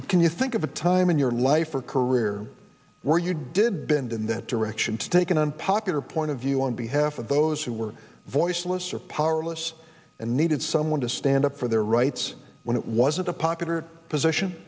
but can you think of a time in your life or career where you did bend in that direction to take an unpopular point of view on behalf of those who were voiceless or powerless and needed someone to stand up for their rights when it wasn't a popular position